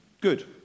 Good